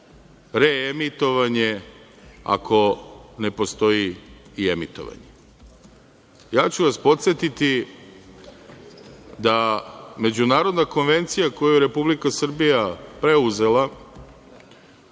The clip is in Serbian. reemitovanje ako ne postoji i emitovanje. Ja ću vas podsetiti da međunarodna konvencija koju je Republika Srbija preuzela,